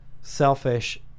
selfish